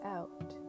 out